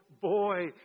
boy